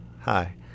hi